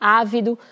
ávido